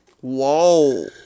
Whoa